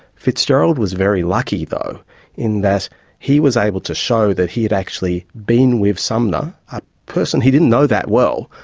fitzgerald was very lucky though in that he was able to show that he had actually been with sumner, a person he didn't know that well,